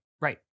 right